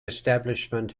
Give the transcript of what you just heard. establishment